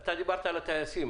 אתה דיברת על הטייסים,